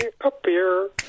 appear